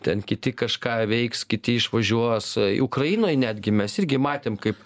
ten kiti kažką veiks kiti išvažiuos ukrainoj netgi mes irgi matėm kaip